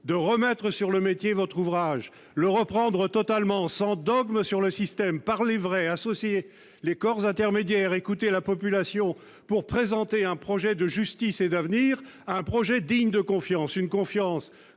de remettre sur le métier votre ouvrage, de le reprendre totalement, sans dogme sur le système, de parler vrai, d'associer les corps intermédiaires, d'écouter la population pour présenter un projet de justice et d'avenir, un projet digne de confiance- confiance